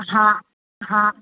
हाँ हाँ